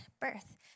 birth